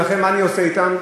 ולכן מה אני עושה אתם?